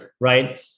right